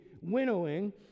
winnowing